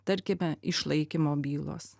tarkime išlaikymo bylos